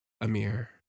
Amir